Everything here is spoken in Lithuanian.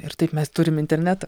ir taip mes turim internetą